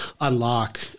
unlock